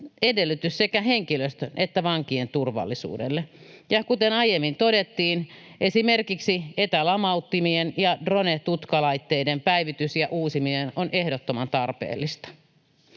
edellytys sekä henkilöstön että vankien turvallisuudelle. Kuten aiemmin todettiin, esimerkiksi etälamauttimien ja drone-tutkalaitteiden päivitys ja uusiminen on ehdottoman tarpeellista.